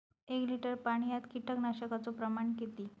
एक लिटर पाणयात कीटकनाशकाचो प्रमाण किती?